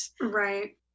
right